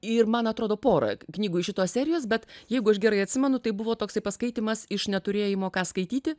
ir man atrodo porą knygų iš šitos serijos bet jeigu aš gerai atsimenu tai buvo toksai paskaitymas iš neturėjimo ką skaityti